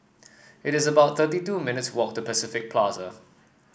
it is about thirty two minutes' walk to Pacific Plaza